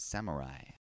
Samurai